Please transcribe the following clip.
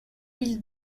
mille